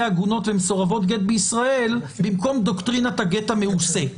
עגונות ומסורבות בישראל במקום דוקטרינת הגט המעושה.